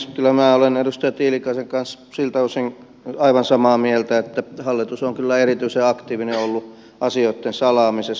kyllä minä olen edustaja tiilikaisen kanssa siltä osin aivan samaa mieltä että hallitus on kyllä erityisen aktiivinen ollut asioitten salaamisessa